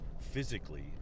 physically